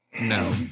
no